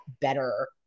better